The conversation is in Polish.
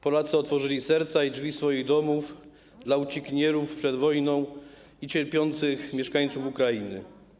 Polacy otworzyli serca i drzwi swoich domów dla uciekinierów przed wojną i cierpiących mieszkańców Ukrainy.